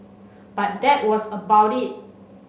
but that was about it